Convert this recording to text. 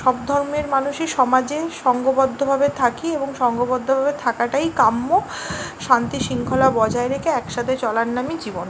সব ধর্মের মানুষই সমাজে সঙ্ঘবদ্ধভাবে থাকি এবং সঙ্ঘবদ্ধভাবে থাকাটাই কাম্য শান্তি শৃঙ্খলা বজায় রেখে একসাথে চলার নামই জীবন